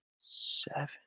seven